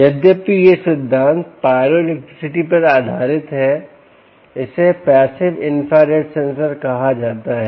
यद्यपि यह सिद्धांत Pyroelectricity पर आधारित है इसे पैसिव इंफ्रारेड सेंसर कहा जाता है